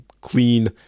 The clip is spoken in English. clean